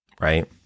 right